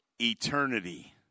eternity